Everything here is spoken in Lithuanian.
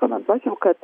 komentuočiau kad